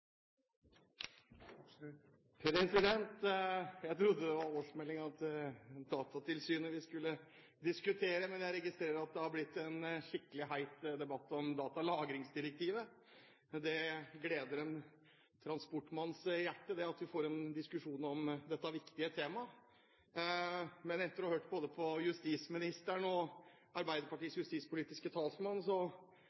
sitt. Jeg trodde det var årsmeldingen til Datatilsynet vi skulle diskutere, men jeg registrerer at det har blitt en skikkelig heit debatt om datalagringsdirektivet. Det gleder en transportmanns hjerte at vi får en diskusjon om dette viktige temaet. Men etter å ha hørt på både justisministeren og Arbeiderpartiets